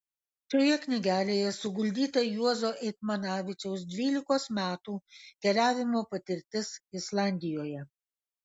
šioje knygelėje suguldyta juozo eitmanavičiaus dvylikos metų keliavimo patirtis islandijoje